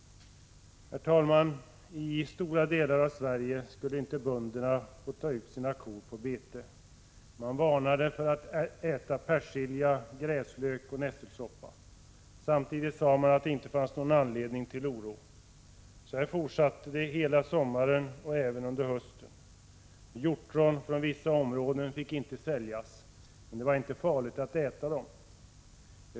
I stora delar av Sverige skulle inte bönderna få ta ut sina kor på bete. Man varnade för att äta persilja, gräslök och nässelsoppa. Samtidigt sade man att det inte fanns någon anledning till oro. Så här fortsatte det hela sommaren och även under hösten. Hjortron från vissa områden fick inte säljas — men det var inte farligt att äta dem.